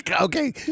okay